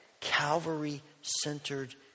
Calvary-centered